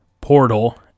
portal